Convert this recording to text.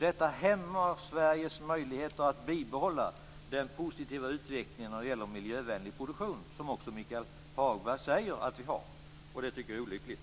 Detta hämmar Sveriges möjligheter att bibehålla den positiva utvecklingen när det gäller miljövänlig produktion, som också Michael Hagberg säger att vi har. Vi tycker att det är olyckligt.